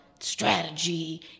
strategy